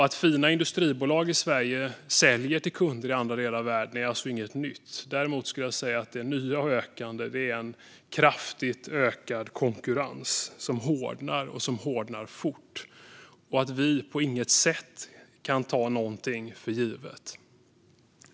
Att fina industribolag i Sverige säljer till kunder i andra delar av världen är alltså inte nytt. Det nya är att konkurrensen ökar kraftigt och hårdnar fort, och vi kan inte på något sätt ta något för givet.